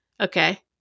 Okay